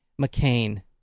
McCain